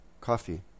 Coffee